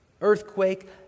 Earthquake